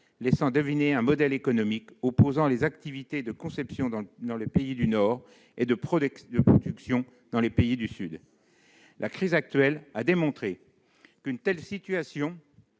qui font émerger un modèle économique opposant les activités de conception, dans les pays du Nord, à celles de production, dans les pays du Sud. La crise actuelle a démontré qu'une telle situation